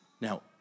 Now